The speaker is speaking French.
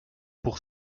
pour